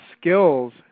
skills